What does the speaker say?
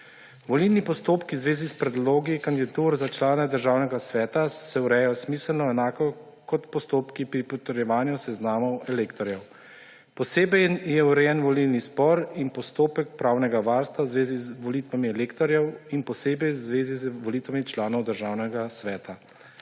Volilni postopki v zvezi s predlogi kandidatur za člana Državnega sveta se urejajo smiselno enako kot postopki pri potrjevanju seznamov elektorjev. Posebej je urejen volilni spor in postopek pravnega varstva v zvezi z volitvami elektorjev in posebej v zvezi z volitvami članov Državnega sveta.